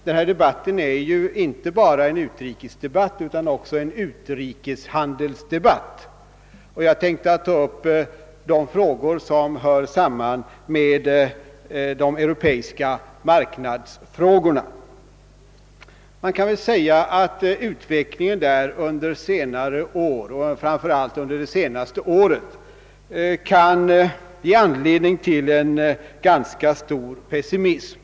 Men denna debatt är ju inte bara en atrikesdebatt utan också en utrikeshan allt samarbete mellan apotekare och läkare av den natur som avses i interpellationen förhindras? delsdebatt. Jag tänkte ta upp de problem som hänger samman med de europeiska marknadsfrågorna. Utvecklingen på detta område har under senare år och framför allt under det senaste året givit anledning till ganska stor pessimism.